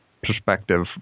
perspective